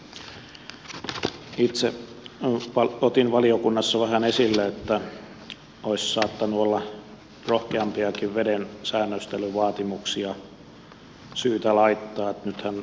itse otin valiokunnassa vähän esille että olisi saattanut olla rohkeampiakin veden säännöstelyvaatimuksia syytä laittaa